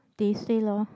they say lor